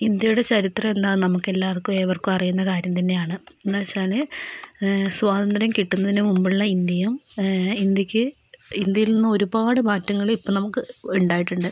ഇന്ത്യയുടെ ചരിത്രം എന്താണെന്ന് നമുക്ക് എല്ലാവർക്കും ഏവർക്കും അറിയുന്ന കാര്യം തന്നെയാണ് എന്താ വച്ചാൽ സ്വാതന്ത്ര്യം കിട്ടുന്നതിന് മുമ്പുള്ള ഇന്ത്യയും ഇന്ത്യയ്ക്ക് ഇന്ത്യയിൽ നിന്ന് ഒരുപാട് മാറ്റങ്ങളും ഇപ്പം നമുക്ക് ഉണ്ടായിട്ടുണ്ട്